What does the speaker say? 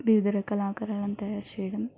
వివిధ ఆకారాలను తయారు చేయడం